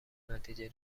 نتیجه